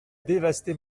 dévasté